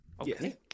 okay